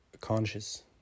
conscious